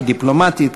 כדיפלומטית,